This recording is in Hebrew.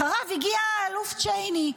אחריו הגיע האלוף צ'ייני.